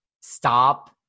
stop